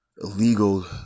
illegal